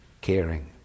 caring